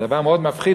זה דבר מאוד מפחיד,